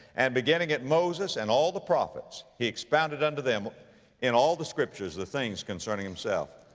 and beginning at moses and all the prophets, he expounded unto them in all the scriptures the things concerning himself.